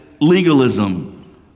legalism